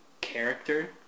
character